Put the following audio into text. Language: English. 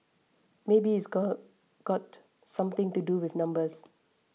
maybe it go got something to do with numbers